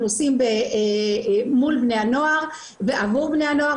עושים מול בני הנוער ועבור בני הנוער.